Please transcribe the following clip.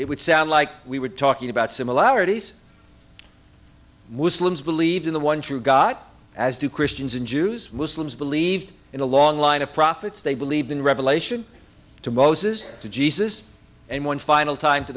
it would sound like we were talking about similarities believed in the one true god as do christians and jews muslims believed in a long line of prophets they believed in revelation to moses to jesus and one final time to